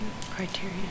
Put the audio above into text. criteria